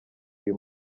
uyu